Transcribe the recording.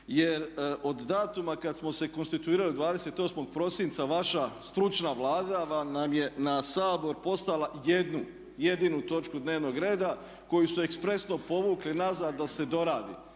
Jer od datuma kada smo se konstituirali 28. prosinca vaša stručna Vlada nam je na Sabor poslala jednu jedinu točku dnevnog reda koju su ekspresno povukli nazad da se doradi